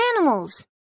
animals